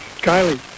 Kylie